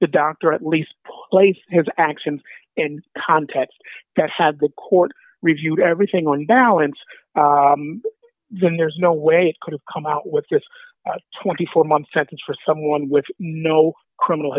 the doctor at least placed his actions and context that had the court reviewed everything on balance then there's no way he could have come out with this twenty four month sentence for someone with no criminal